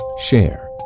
share